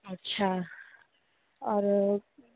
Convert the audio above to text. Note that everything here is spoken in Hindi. अच्छा और